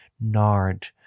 nard